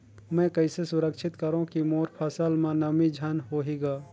मैं कइसे सुरक्षित करो की मोर फसल म नमी झन होही ग?